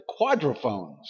Quadrophones